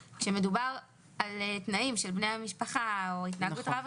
כשמדובר על תנאים של בני המשפחה או התנהגות רעה